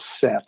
set